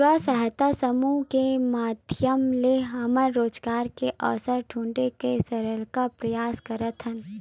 स्व सहायता समूह के माधियम ले हमन रोजगार के अवसर ढूंढे के सरलग परयास करत हन